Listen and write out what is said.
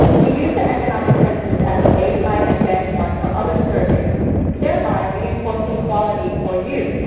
we use the economic census as the baseline and benchmark for other surveys thereby reinforcing quality for you.